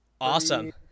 Awesome